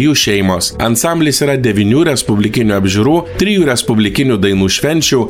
jų šeimos ansamblis yra devynių respublikinių apžiūrų trijų respublikinių dainų švenčių